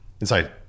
inside